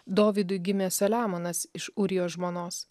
dovydui gimė saliamonas iš ūrijos žmonos